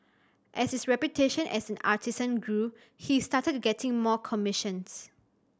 as his reputation as an artisan grew he started getting more commissions